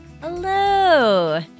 Hello